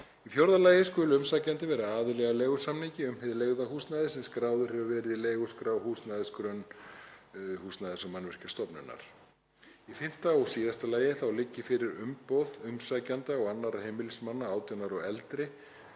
Í fjórða lagi skuli umsækjandi verða aðili að leigusamningi um hið leigða húsnæði sem skráður hefur verið í leiguskrá húsnæðisgrunns Húsnæðis- og mannvirkjastofnunar. Í fimmta og síðasta lagi liggi fyrir umboð umsækjanda og annarra heimilismanna, 18 ára og eldri,